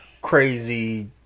crazy